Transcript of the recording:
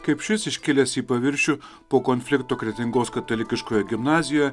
kaip šis iškilęs į paviršių po konflikto kretingos katalikiškoje gimnazijoje